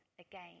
again